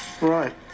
right